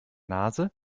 nase